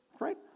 right